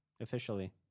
officially